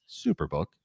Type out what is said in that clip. Superbook